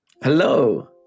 Hello